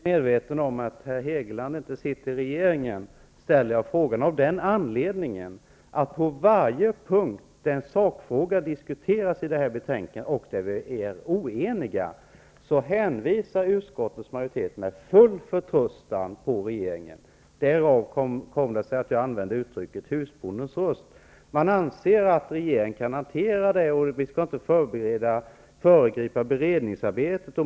Herr talman! Jag är väl medveten om att herr Hegeland inte sitter i regeringen. Jag ställer frågan av den anledningen att på varje punkt då en sakfråga diskuteras i detta betänkande och där vi är oeniga hänvisar utskottets majoritet med full förtröstan till regeringen. Därav kom det sig att jag använde uttrycket husbondens röst. Man anser att regeringen kan hantera frågorna. Vi skall inte föregripa beredningsarbetet.